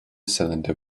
cylinder